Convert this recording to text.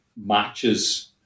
matches